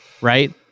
right